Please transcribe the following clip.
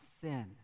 sin